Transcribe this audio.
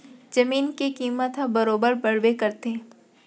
जमीन के कीमत ह बरोबर बड़बे करथे